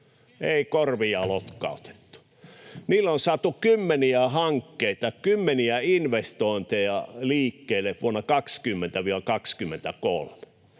ei korvia lotkautettu. Niillä on saatu kymmeniä hankkeita, kymmeniä investointeja, liikkeelle vuosina 20—23,